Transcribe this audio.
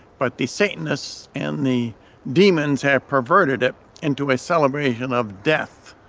but the satanists and the demons have perverted it into a celebration of death.